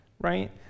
right